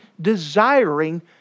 desiring